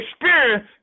experience